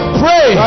pray